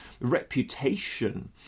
reputation